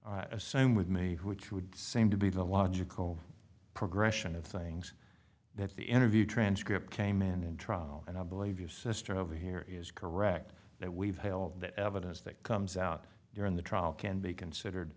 the same with me which would seem to be the logical progression of things that the interview transcript came in in trial and i believe your sister over here is correct that we've held that evidence that comes out during the trial can be considered